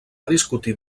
discutit